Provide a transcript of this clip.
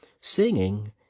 singing